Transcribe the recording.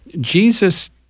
Jesus